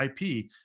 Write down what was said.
IP